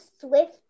Swift